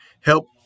help